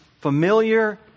familiar